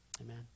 amen